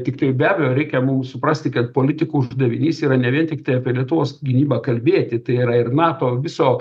tiktai be abejo reikia mum suprasti kad politikų uždavinys yra ne vien tiktai apie lietuvos gynybą kalbėti tai yra ir nato viso